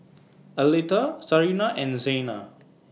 Aletha Sarina and Xena